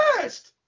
first